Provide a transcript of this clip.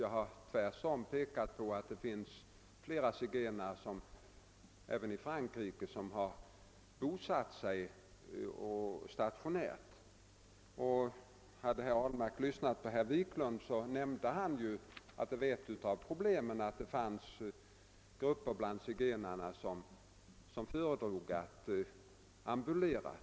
Jag har tvärtom pekat på att flera zigenare även i Frankrike har bosatt sig stationärt. Men om herr Ahlmark lyssnat på herr Wiklund, hade herr Ahlmark fått höra att ett av problemen var att det finns grupper bland zigenarna som föredrar att ambulera.